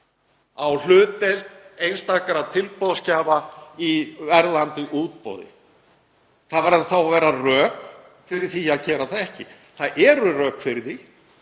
á hlutdeild einstakra tilboðsgjafa í verðandi útboði. Það verða þá að vera rök fyrir því að gera það ekki. Það eru rök fyrir því.